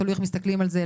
תלוי איך מסתכלים על זה,